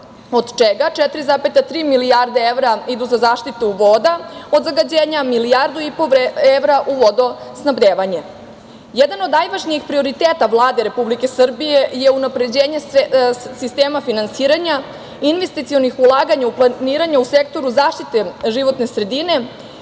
od čega 4,3 milijarde evra idu za zaštitu voda od zagađenja, a 1,5 milijarde evra u vodosnabdevanje. Jedan od najvažnijih prioriteta Vlade Republike Srbije je unapređenje sistema finansiranja, investicionih ulaganja u planiranje u sektoru zaštite životne sredine